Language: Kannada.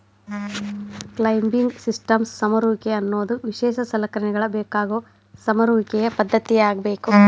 ಕ್ಲೈಂಬಿಂಗ್ ಸಿಸ್ಟಮ್ಸ್ ಸಮರುವಿಕೆ ಅನ್ನೋದು ವಿಶೇಷ ಸಲಕರಣೆಗಳ ಬೇಕಾಗೋ ಸಮರುವಿಕೆಯ ಪದ್ದತಿಯಾಗೇತಿ